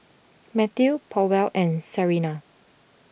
Matthew Powell and Sarina